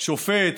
שופט,